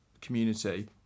community